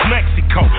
Mexico